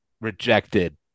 rejected